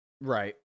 Right